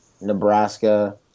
Nebraska